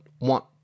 want